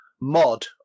mod